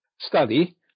study